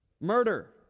murder